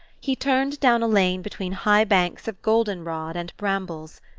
he turned down a lane between high banks of goldenrod and brambles.